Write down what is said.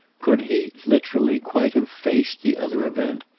could he, literally, quite have faced the other event?